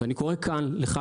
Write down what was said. אני קורא כאן לך,